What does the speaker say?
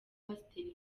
pasiteri